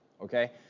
Okay